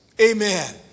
Amen